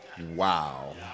wow